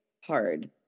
hard